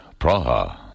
Praha